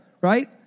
right